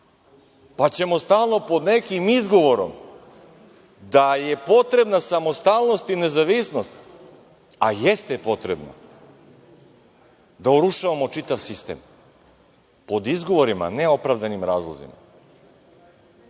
pa ćemo stalno pod nekim izgovorom da je potrebna samostalnost i nezavisnost, a jeste potrebna, da urušavamo čitav sistem. Pod izgovorima, ne opravdanim razlozima.I